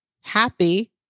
happy